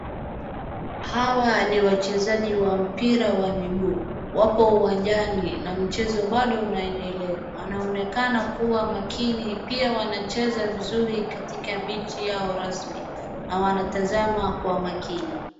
Hawa ni wachezaji wa mpira wa miguu. Wapo uwanjani na mchezo bado unaendelea. Wanaonekana kuwa makini. Pia wanacheza vizuri katika mechi yao rasmi, na wanatazama kwa makini.